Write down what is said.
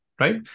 right